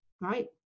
right